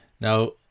Now